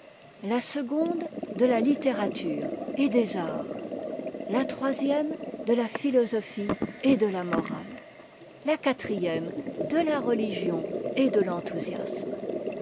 la seconde de la littérature et déserts la troisième de la philosophie et de la morale la quatrième de la religion et de l'ènthousiasme